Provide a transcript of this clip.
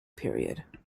period